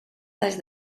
des